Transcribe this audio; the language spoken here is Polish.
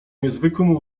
niezwykłym